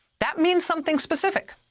that means something specific